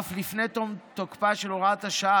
אף לפני תום תוקפה של הוראת השעה,